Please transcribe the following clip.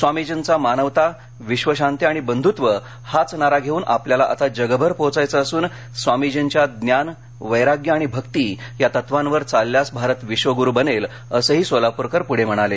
स्वामीजींचा मानवता विश्वशांती आणि विश्वबंधुत्वचा हाच नारा घेऊन आपल्याला आता जगभर पोहचायचे असून स्वामीजींच्या ज्ञान वैराग्य आणि भक्ती या तत्वांवर चालल्यास भारत विश्वगुरू बनेल असंही सोलापूरकर पुढे म्हणाले